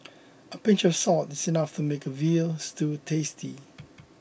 a pinch of salt is enough to make a Veal Stew tasty